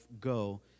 go